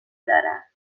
دارم